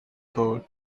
code